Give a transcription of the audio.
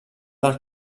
del